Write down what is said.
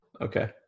Okay